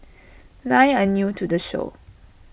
nine are new to the show